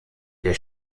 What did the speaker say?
der